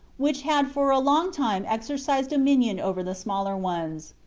which had for a long time exercised dominion over the smaller ones.